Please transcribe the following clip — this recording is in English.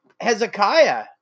Hezekiah